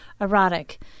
erotic